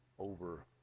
over